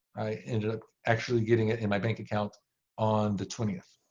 i ended up actually getting it in my bank account on the twentieth.